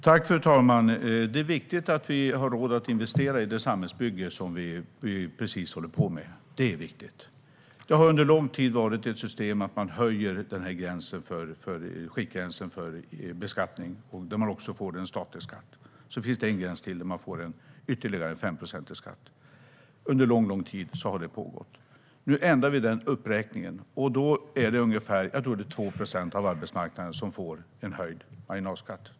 Fru talman! Det är viktigt att vi har råd att investera i samhällsbygget. Det har under lång tid rått ett system att höja skiktgränsen för beskattning där man även får betala statlig skatt. Sedan finns en gräns till med ytterligare en 5-procentig skatt. Det har pågått under lång tid. Nu ändrar vi den uppräkningen. Då är det 2 procent av dem på arbetsmarknaden som får en höjd marginalskatt.